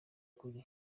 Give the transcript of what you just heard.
ukuri